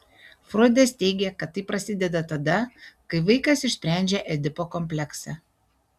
froidas teigė kad tai prasideda tada kai vaikas išsprendžia edipo kompleksą